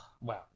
Wow